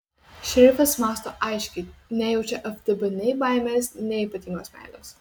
šerifas mąsto aiškiai nejaučia ftb nei baimės nei ypatingos meilės